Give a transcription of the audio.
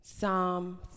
Psalm